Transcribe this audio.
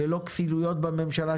ללא כפילויות בממשלה,